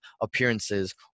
appearances